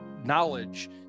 Knowledge